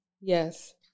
Yes